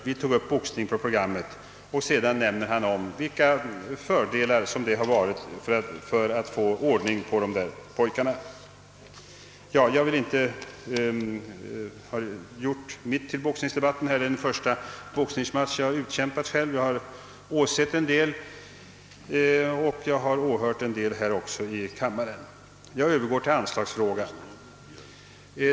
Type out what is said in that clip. Man tog upp boxning på programmet, och han beskriver vilka fördelar som det hade för att få ordning på de här pojkarna. Jag har bara velat göra dessa reflexioner. Detta är den första »boxnings match» jag själv utkämpat, även om jag åsett en del matcher i verkligheten och tidigare lyssnat till diskussionerna här i kammaren, och jag övergår nu till anslagsfrågan.